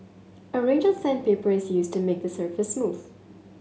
a range of sandpaper is used to make the surface smooth